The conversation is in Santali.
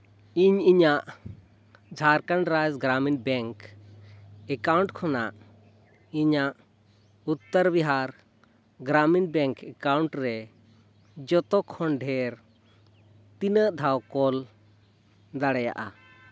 ᱤᱧ ᱤᱧᱟᱹᱜ ᱡᱷᱟᱲᱠᱷᱚᱸᱰ ᱨᱟᱡᱡᱚ ᱜᱨᱟᱢᱤᱱ ᱵᱮᱝᱠ ᱮᱠᱟᱣᱩᱱᱴ ᱠᱷᱚᱱᱟᱜ ᱤᱧᱟᱹᱜ ᱩᱛᱛᱚᱨ ᱵᱤᱦᱟᱨ ᱜᱨᱟᱢᱤᱱ ᱵᱮᱝᱠ ᱮᱠᱟᱣᱩᱱᱴ ᱨᱮ ᱡᱚᱛᱚ ᱠᱷᱚᱱ ᱰᱷᱮᱨ ᱛᱤᱱᱟᱹᱜ ᱫᱷᱟᱣ ᱠᱚᱞ ᱫᱟᱲᱮᱭᱟᱜᱼᱟ